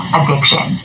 addiction